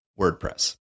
WordPress